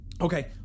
Okay